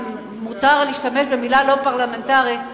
אם מותר להשתמש במלה לא פרלמנטרית,